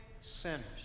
sinners